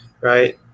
Right